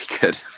good